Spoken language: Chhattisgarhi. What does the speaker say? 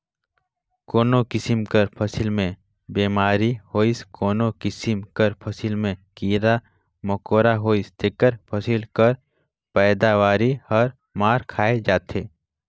कोनो किसिम कर फसिल में बेमारी होइस कोनो किसिम कर फसिल में कीरा मकोरा होइस तेकर फसिल कर पएदावारी हर मार खाए जाथे